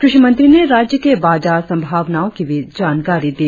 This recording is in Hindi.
कृषि मंत्री ने राज्य के बाजार संभावनाओं की भी जानकारी दी